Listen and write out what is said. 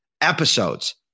episodes